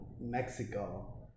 Mexico